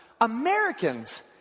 Americans